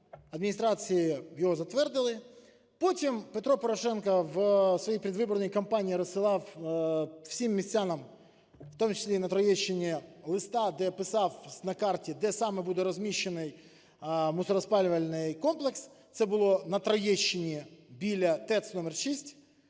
адміністрації його затвердили. Потім Петро Порошенко в своїй передвиборчій кампанії розсилав всім містянам, в тому числі і на Троєщині, листа, де писав, на карті де саме буде розміщений мусороспалювальний комплекс, це було на Троєщині біля ТЕЦ № 6.